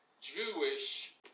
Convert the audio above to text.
Jewish